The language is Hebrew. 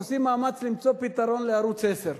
עושים מאמץ למצוא פתרון לערוץ-10.